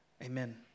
Amen